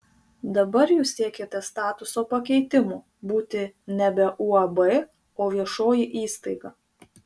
dabar jūs siekiate statuso pakeitimo būti nebe uab o viešoji įstaiga